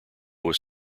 was